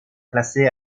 placée